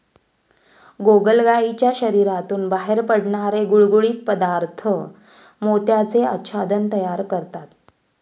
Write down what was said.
गोगलगायीच्या शरीरातून बाहेर पडणारे गुळगुळीत पदार्थ मोत्याचे आच्छादन तयार करतात